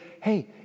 hey